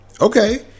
Okay